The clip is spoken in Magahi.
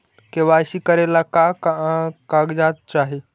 के.वाई.सी करे ला का का कागजात चाही?